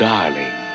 Darling